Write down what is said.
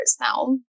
now